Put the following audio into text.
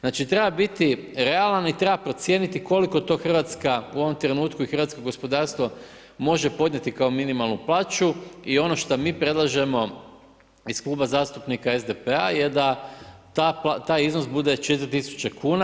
Znači treba biti realan i treba procijeniti koliko to Hrvatska u ovom trenutku i hrvatsko gospodarstvo može podnijeti kao minimalnu plaću i ono što mi predlažemo iz Kluba zastupnika SPD-a je da taj iznos bude 4000kn.